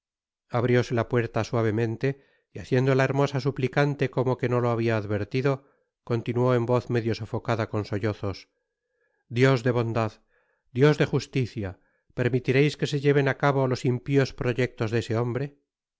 abrióse la puerta suavemente y haciendo la hermosa suplicante como que no lo habia advertido continuó en voz medio sofocada con sollozos dios de bondad i dios de justicia permitireis que se lleven á cabo los impios proyectos de ese hombre